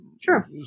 Sure